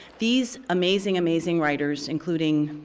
these amazing, amazing writers, including